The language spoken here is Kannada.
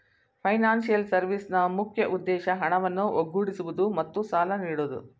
ಫೈನಾನ್ಸಿಯಲ್ ಸರ್ವಿಸ್ನ ಮುಖ್ಯ ಉದ್ದೇಶ ಹಣವನ್ನು ಒಗ್ಗೂಡಿಸುವುದು ಮತ್ತು ಸಾಲ ನೀಡೋದು